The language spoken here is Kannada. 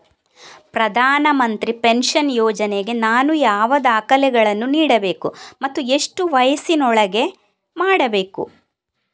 ಪ್ರಧಾನ ಮಂತ್ರಿ ಪೆನ್ಷನ್ ಯೋಜನೆಗೆ ನಾನು ಯಾವ ದಾಖಲೆಯನ್ನು ನೀಡಬೇಕು ಮತ್ತು ಎಷ್ಟು ವಯಸ್ಸಿನೊಳಗೆ ಮಾಡಬೇಕು?